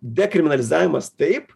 dekriminalizavimas taip